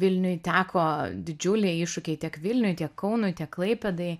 vilniui teko didžiuliai iššūkiai tiek vilniui tiek kaunui tiek klaipėdai